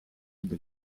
del